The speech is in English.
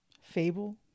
Fable